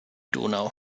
donau